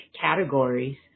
categories